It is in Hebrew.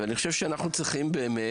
ואני חושב שאנחנו צריכים באמת,